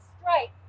strike